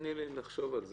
תני לי לחשוב על זה.